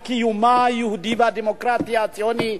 של קיומה היהודי והדמוקרטי והציוני.